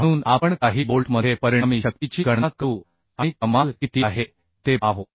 म्हणून आपण काही बोल्टमध्ये परिणामी शक्तीची गणना करू आणि कमाल किती आहे ते पाहू